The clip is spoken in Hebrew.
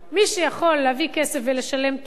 מי שיכול להביא כסף ולשלם טוב,